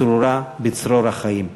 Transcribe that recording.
צרורה בצרור החיים.